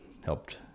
helped